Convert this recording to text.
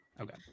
okay